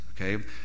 okay